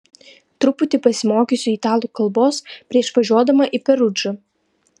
truputį pasimokysiu italų kalbos prieš važiuodama į perudžą